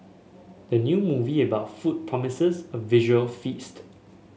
the new movie about food promises a visual feast